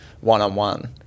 one-on-one